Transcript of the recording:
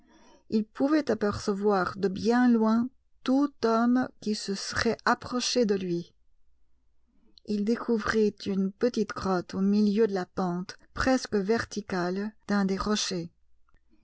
il pouvait apercevoir de bien loin tout homme qui se serait approché de lui il découvrit une petite grotte au milieu de la pente presque verticale d'un des rochers